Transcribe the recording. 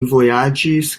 vojaĝis